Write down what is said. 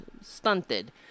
stunted